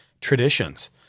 traditions